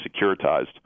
securitized